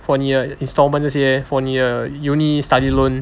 for 你的 instalment 这些 for 你的 uni study loan